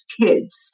kids